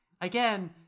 again